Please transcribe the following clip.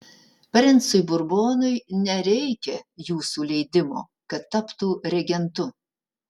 princui burbonui nereikia jūsų leidimo kad taptų regentu